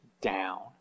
down